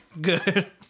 Good